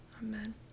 Amen